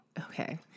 okay